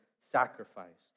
sacrificed